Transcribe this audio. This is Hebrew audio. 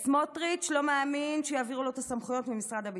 סמוטריץ' לא מאמין שיעבירו לו את הסמכויות ממשרד הביטחון.